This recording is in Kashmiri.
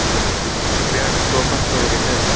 ٹھیٖک ٹھیٖک بٮ۪ڈ صوفَہ سورٕے نَہ